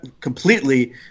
completely